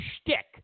shtick